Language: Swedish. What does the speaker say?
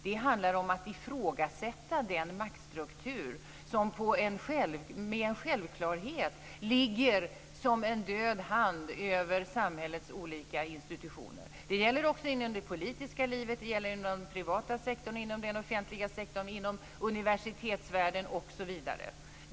Det handlar om att ifrågasätta den maktstruktur som med en självklarhet ligger som en död hand över samhällets olika institutioner. Det gäller också inom det politiska livet. Det gäller inom den privata sektorn, inom den offentliga sektorn, inom universitetsvärlden osv.